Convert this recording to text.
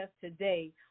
today